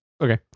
Okay